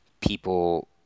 people